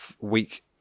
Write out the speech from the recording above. week